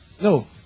No